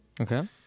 Okay